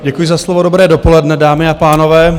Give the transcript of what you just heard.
Děkuji za slovo, dobré dopoledne, dámy a pánové.